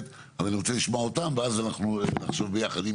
אבל אני רוצה לשמוע אותם ואז אנחנו נחשוב ביחד.